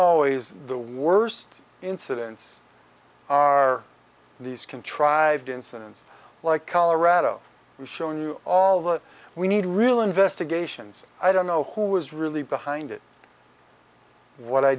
always the worst incidents are these contrived incidents like colorado we show you all that we need real investigations i don't know who is really behind it what i